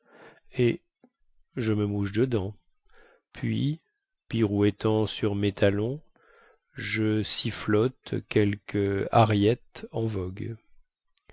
eh je me mouche dedans puis pirouettant sur mes talons je sifflote quelque ariette en vogue